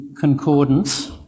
concordance